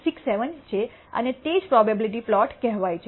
67 છે અને તે જ પ્રોબેબીલીટી પ્લોટ કહેવાય છે